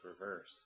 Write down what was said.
reverse